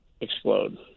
explode